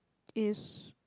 is